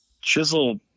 chisel